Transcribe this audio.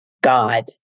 God